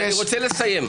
אני רוצה לסיים.